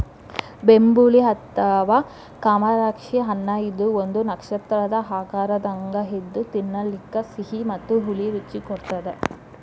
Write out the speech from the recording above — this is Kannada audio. ಬೆಂಬುಳಿ ಅಥವಾ ಕಮರಾಕ್ಷಿ ಹಣ್ಣಇದು ಒಂದು ನಕ್ಷತ್ರದ ಆಕಾರದಂಗ ಇದ್ದು ತಿನ್ನಲಿಕ ಸಿಹಿ ಮತ್ತ ಹುಳಿ ರುಚಿ ಕೊಡತ್ತದ